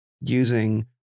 using